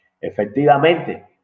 efectivamente